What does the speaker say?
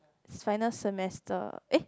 final semester eh